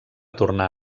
tornar